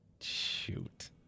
Shoot